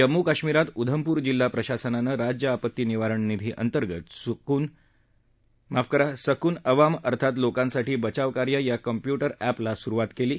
जम्मू काश्मीरात उधमपूर जिल्हा प्रशासनानं राज्य आपत्ती निवारण निधी अंतर्गत सकून अवाम अर्थात लोकांसाठी बचावकार्य या कॉम्प्युटर एपला सुरुवात केली आहे